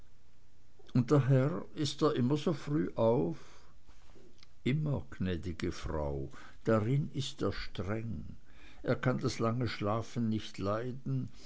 und der herr ist er immer so früh auf immer gnäd'ge frau darin ist er streng er kann das lange schlafen nicht leiden